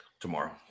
tomorrow